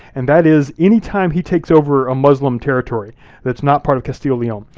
and that is, any time he takes over a muslim territory that's not part of castile-leon,